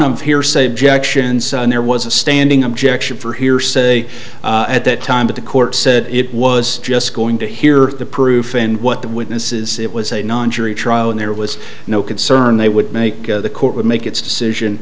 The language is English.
of hearsay objections and there was a standing objection for hearsay at that time but the court said it was just going to hear the proof and what the witnesses it was a non jury trial and there was no concern they would make the court would make its decision